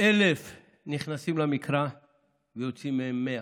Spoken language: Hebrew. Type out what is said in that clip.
אלף נכנסים למקרא ויוצאים מהם מאה,